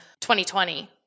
2020